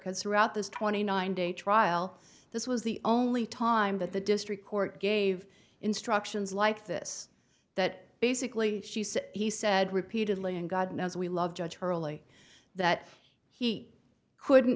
because throughout this twenty nine day trial this was the only time that the district court gave instructions like this that basically she said he said repeatedly and god knows we love judge hurley that he couldn't